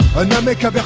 and micka